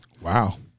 wow